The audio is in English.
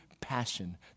passion